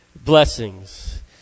blessings